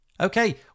Okay